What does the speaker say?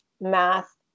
math